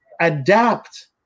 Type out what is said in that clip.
adapt